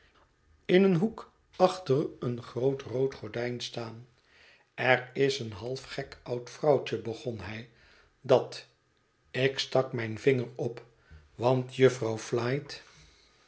in een hoek achter eene groote roode gordijn staan er is een half gek oud vrouwtje begon hij dat ik stak mijn vinger op want jufvrouw flite